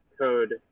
code